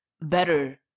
better